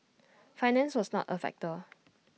finance was not A factor